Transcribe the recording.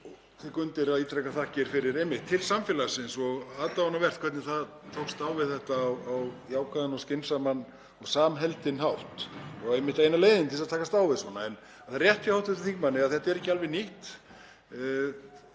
tek undir og ítreka þakkir til einmitt samfélagsins og aðdáunarvert hvernig það tókst á við þetta á jákvæðan og skynsamlegan og samheldinn hátt og í raun eina leiðin til að takast á við svona. En það er rétt hjá hv. þingmanni að þetta er ekki alveg nýtt.